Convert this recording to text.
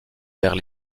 vers